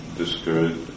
discouraged